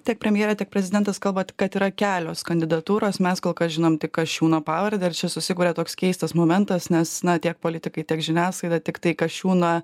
tiek premjerė tiek prezidentas kalba kad yra kelios kandidatūros mes kol kas žinom tik kasčiūno pavardę ir čia susikuria toks keistas momentas nes na tiek politikai tiek žiniasklaida tiktai kasčiūną